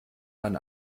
mein